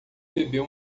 bebeu